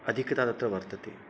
अधिकता तत्र वर्तते